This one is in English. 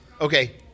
Okay